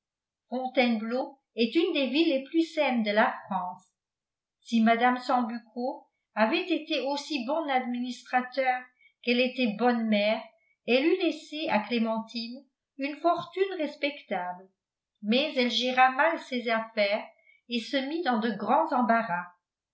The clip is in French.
est une des villes les plus saines de la france si mme sambucco avait été aussi bon administrateur qu'elle était bonne mère elle eût laissé à clémentine une fortune respectable mais elle géra mal ses affaires et se mit dans de grands embarras